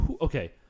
Okay